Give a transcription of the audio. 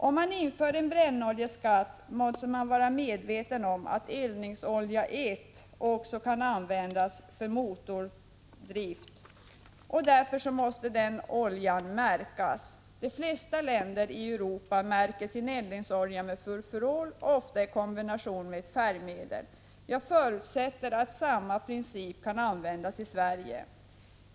Om man inför en brännoljeskatt måste man vara medveten om att eldningsolja 1 också kan användas för motordrift. Därför måste denna olja märkas. De flesta länder i Europa märker sin eldningsolja med furfurol, ofta i kombination med ett färgmedel. Jag förutsätter att samma princip kan användas också i Sverige.